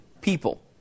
people